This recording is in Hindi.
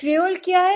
क्रेओल क्या है